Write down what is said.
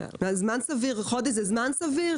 חודש זה זמן סביר?